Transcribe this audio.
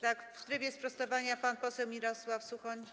Tak, w trybie sprostowania pan poseł Mirosław Suchoń.